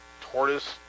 tortoise